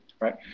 right